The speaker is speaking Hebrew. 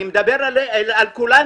אני מדבר על כולנו.